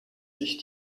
sich